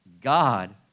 God